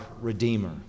redeemer